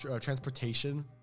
transportation